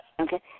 okay